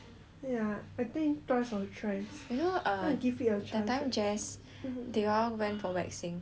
you know err that time jess they all went for waxing